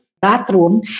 bathroom